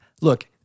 Look